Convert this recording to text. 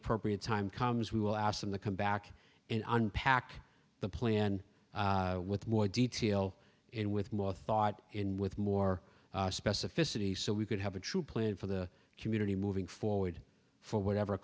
appropriate time comes we will ask them to come back in unpack the plan with more detail in with more thought in with more specificity so we could have a true plan for the community moving forward for whatever